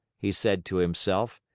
he said to himself.